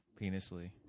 penisly